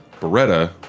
Beretta